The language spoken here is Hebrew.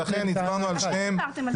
ולכן הצבענו על שתיהן.